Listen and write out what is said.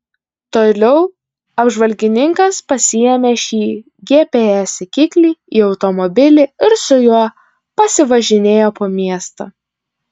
toliau apžvalgininkas pasiėmė šį gps sekiklį į automobilį ir su juo pasivažinėjo po miestą